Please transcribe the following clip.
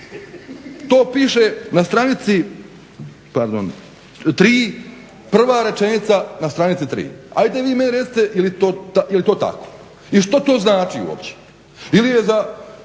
To piše na stranici pardon 3. prva rečenica na stranici 3. Ajde vi meni recite je li to tako? I što to znači uopće?